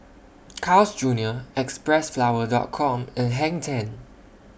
Carl's Junior Xpressflower Dot Com and Hang ten